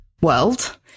world